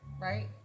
right